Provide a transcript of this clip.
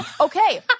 Okay